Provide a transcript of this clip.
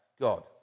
God